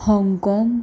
Hong Kong